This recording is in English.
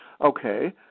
okay